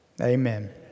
amen